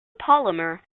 polymer